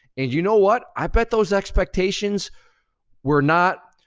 and you know what? i bet those expectations were not,